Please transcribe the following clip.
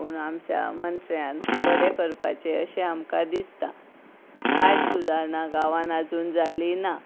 पूण आमच्या मंत्र्यान बरें करपाचे अशें आमकां दिसता कांयच सुदारणां गांवान आजून जाल्लीं ना